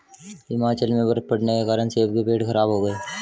हिमाचल में बर्फ़ पड़ने के कारण सेब के पेड़ खराब हो गए